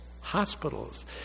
hospitals